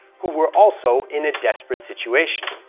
who were also in a desperate situation.